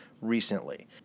recently